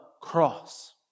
cross